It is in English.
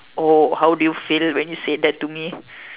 oh how did you feel when you said that to me